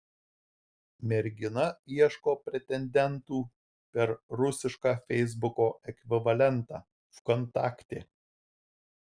mergina ieško pretendentų per rusišką feisbuko ekvivalentą vkontakte